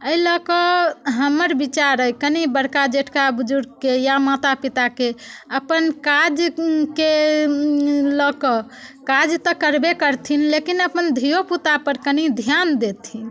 एहि लऽ कऽ हमर विचार अइ कनि बड़का जेठका बुजुर्गकेँ या माता पिताकेँ अपन काजके लऽ कऽ काज तऽ करबे करथिन लेकिन अपन धियो पुतापर कनि ध्यान देथिन